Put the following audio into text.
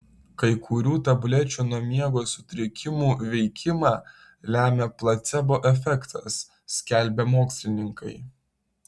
kai kurių tablečių nuo miego sutrikimų veikimą lemią placebo efektas skelbia mokslininkai